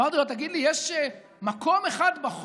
אמרתי לו: תגיד לי, יש מקום אחד בחוק